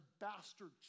bastard